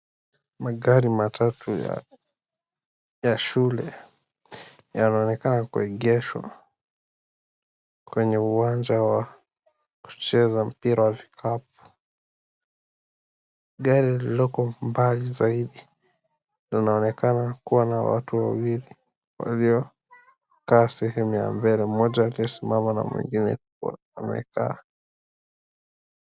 Magari matatu ya shule, yanaonekana kuegeshwa kwenye uwanja wa kucheza mpira wa vikapu. Gari lililoko mbali zaidi, linaonekana kuwa na watu wawili, waliokaa sehemu ya mbele. Mmoja aliyesimama na mwingine akiwa amekaa.